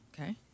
Okay